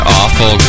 awful